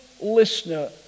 listener